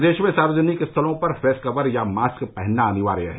प्रदेश में सार्वजनिक स्थलों पर फेस कवर या मास्क पहनना अनिवार्य है